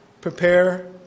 prepare